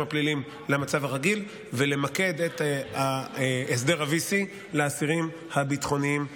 הפליליים למצב הרגיל ולמקד את הסדר ה-VC באסירים הביטחוניים בלבד.